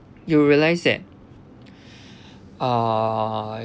you realise that uh